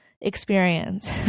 experience